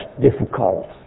difficult